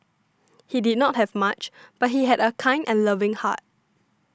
he did not have much but he had a kind and loving heart